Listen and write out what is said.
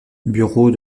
bureau